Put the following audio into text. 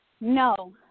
No